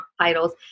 titles